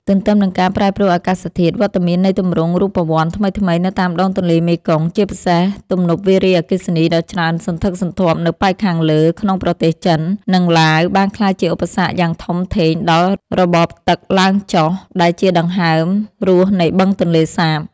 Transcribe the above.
ទន្ទឹមនឹងការប្រែប្រួលអាកាសធាតុ វត្តមាននៃទម្រង់រូបវន្តថ្មីៗនៅតាមដងទន្លេមេគង្គ ជាពិសេសទំនប់វារីអគ្គិសនីដ៏ច្រើនសន្ធឹកសន្ធាប់នៅប៉ែកខាងលើក្នុងប្រទេសចិន និងឡាវ បានក្លាយជាឧបសគ្គយ៉ាងធំធេងដល់ របបទឹកឡើង-ចុះ ដែលជាដង្ហើមរស់នៃបឹងទន្លេសាប។